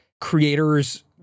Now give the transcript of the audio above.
creators